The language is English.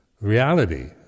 reality